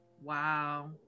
Wow